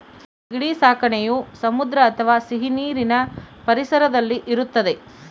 ಸೀಗಡಿ ಸಾಕಣೆಯು ಸಮುದ್ರ ಅಥವಾ ಸಿಹಿನೀರಿನ ಪರಿಸರದಲ್ಲಿ ಇರುತ್ತದೆ